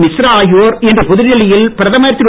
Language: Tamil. மிஸ்ரா ஆகியோர் இன்று புதுடில்லியில் பிரதமர் திரு